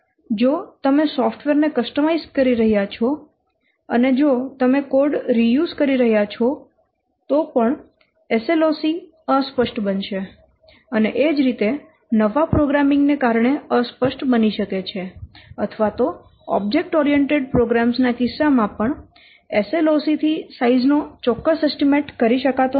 જો તમે સોફ્ટવેર ને કસ્ટમાઇઝ કરી રહ્યાં છો અને જો તમે કોડ રિયુઝ કરી રહ્યાં છો તો પણ SLOC અસ્પષ્ટ બનશે અને એ જ રીતે નવા પ્રોગ્રામિંગ ને કારણે અસ્પષ્ટ બની શકે છે અથવા તો ઓબ્જેક્ટ ઓરિયેન્ટેડ પ્રોગ્રામ્સ ના કિસ્સામાં પણ SLOC થી સાઈઝ નો ચોક્કસ એસ્ટીમેટ કરી શકાતો નથી